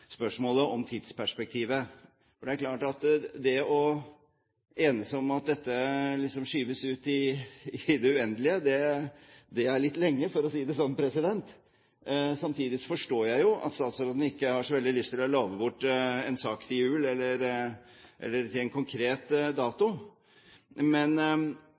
er klart at det å enes om å skyve dette ut i det uendelige, er litt lenge – for å si det sånn. Samtidig forstår jeg jo at statsråden ikke har så veldig lyst til å love bort en sak til jul eller til en konkret dato. Men